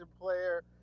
player